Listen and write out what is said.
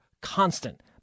constant